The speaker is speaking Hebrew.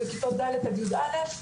בכיתות ד' עד יא',